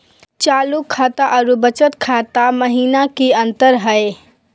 चालू खाता अरू बचत खाता महिना की अंतर हई?